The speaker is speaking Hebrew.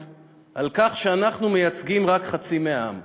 על כך שאנחנו מייצגים רק חצי מהעם,